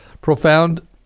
profound